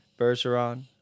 Bergeron